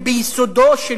לעתים,